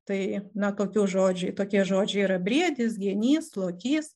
tai na tokių žodžiai tokie žodžiai yra briedis genys lokys